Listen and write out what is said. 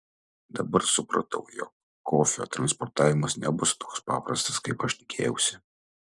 dabar supratau jog kofio transportavimas nebus toks paprastas kaip aš tikėjausi